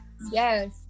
yes